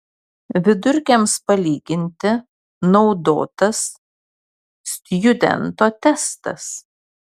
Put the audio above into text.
vidurkiams palyginti naudotas stjudento testas